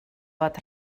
fod